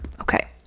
Okay